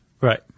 Right